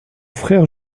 frère